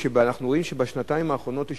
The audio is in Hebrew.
אנחנו רואים שבשנתיים האחרונות יש